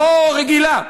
לא רגילה,